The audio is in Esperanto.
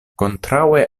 kontraŭe